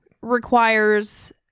requires